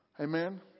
Amen